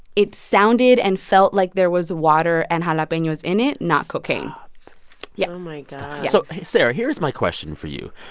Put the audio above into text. it sounded and felt like there was water and jalapenos in it, not cocaine stop yeah oh, my god so sarah, here's my question for you.